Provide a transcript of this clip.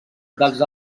dels